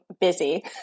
busy